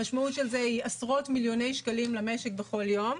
המשמעות של זה היא עשרות מיליוני שקלים למשק בכל יום.